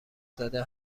زده